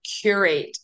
curate